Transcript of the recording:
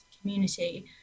community